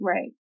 Right